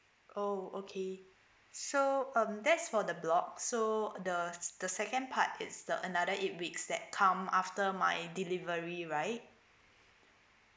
oh okay so um that's for the blocks so the the second part is the another eight weeks that come after my delivery right